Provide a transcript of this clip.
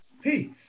peace